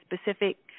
specific